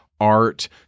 art